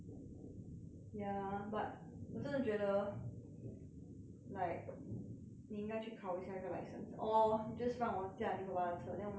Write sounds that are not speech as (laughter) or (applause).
ya but (noise) 我真的觉得 like 你应该去考一下一个 license or just 让我驾你爸爸的车 then 我们可以去吃 supper